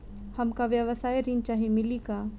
हमका व्यवसाय ऋण चाही मिली का?